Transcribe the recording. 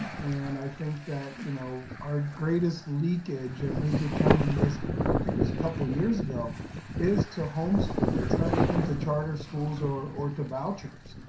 and i think that you know our greatest leakage and we determined this, i think it was a couple of years ago is to homeschool. it's not even to charter schools or or to vouchers.